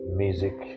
music